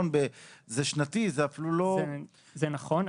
זה שנתי, זה אפילו לא --- זה נכון.